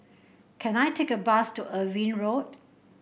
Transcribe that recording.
can I take a bus to Irving Road